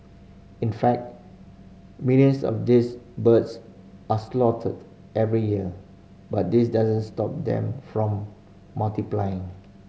in fact millions of these birds are slaughtered every year but this doesn't stop them from multiplying